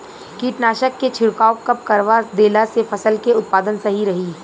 कीटनाशक के छिड़काव कब करवा देला से फसल के उत्पादन सही रही?